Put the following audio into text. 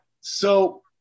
So-